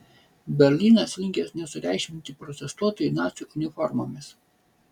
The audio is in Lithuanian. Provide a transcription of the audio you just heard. berlynas linkęs nesureikšminti protestuotojų nacių uniformomis